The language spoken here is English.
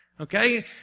Okay